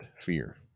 fear